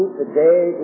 today